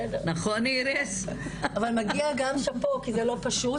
אבל מגיע גם שאפו כי זה לא פשוט,